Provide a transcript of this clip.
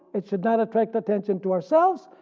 it should not attract the attention to ourselves,